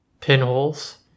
pinholes